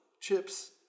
chips